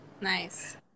Nice